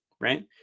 right